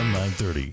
930